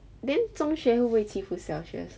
then 中学会不会欺负小学生